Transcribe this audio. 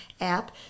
app